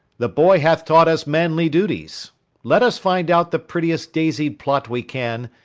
the boy hath taught us manly duties let us find out the prettiest daisied plot we can,